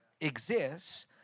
exists